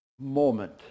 moment